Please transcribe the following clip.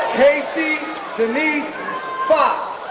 kacey denise fox,